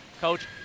Coach